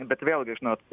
bet vėlgi žinot